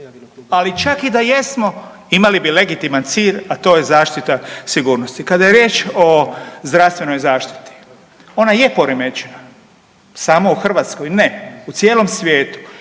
ali čak i da jesmo imali bi legitiman cilj, a to je zaštita sigurnosti. Kada je riječ o zdravstvenoj zaštiti ona je poremećena, samo u Hrvatskoj ne, u cijelom svijetu.